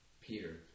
Peter